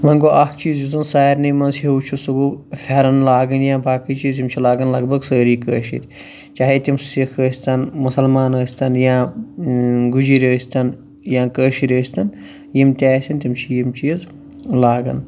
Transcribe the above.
وۄنۍ گوٚو اَکھ چیٖز یُس زَن سارنٕے منٛز ہیٛو چھُ سُہ گوٚو پھیٚرَن لاگٕنۍ یا باقٕے چیٖز یِم چھِ لاگان لَگ بھگ سٲری کٲشِرۍ چاہے تِم سِکھ ٲسۍ تَن مُسلمان ٲسۍ تَن یا گُجِرۍ ٲسۍ تَن یا کٲشِرۍ ٲسۍ تَن یِم تہِ آسیٚن تِم چھِ یِم چیٖز لاگان